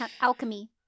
alchemy